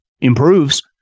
improves